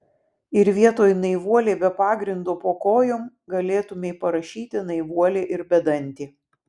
ir vietoj naivuolė be pagrindo po kojom galėtumei parašyti naivuolė ir bedantė